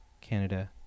Canada